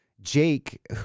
Jake